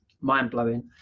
mind-blowing